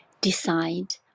decide